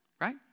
right